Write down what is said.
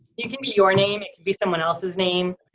it can be your name, it could be someone else's name.